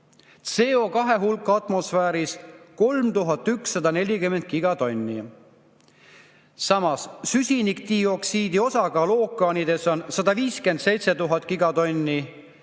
CO2hulk atmosfääris on 3140 gigatonni. Samas, süsinikdioksiidi osakaal ookeanides on 157 000 gigatonni